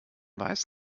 weiß